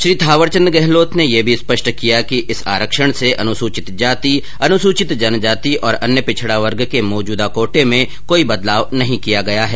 श्री थवरचंद गहलोत ने यह भी स्पष्ट किया कि इस आरक्षण से अनुसूचित जाति अनुसूचित जनजाति और अन्य पिछडे वर्ग के मौजूदा कोटे में कोई बदलाव नहीं किया गया है